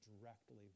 directly